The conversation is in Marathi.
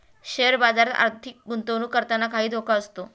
शेअर बाजारात आर्थिक गुंतवणूक करताना काही धोका असतो